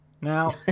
Now